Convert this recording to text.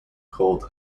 called